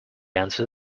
answer